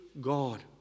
God